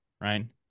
Right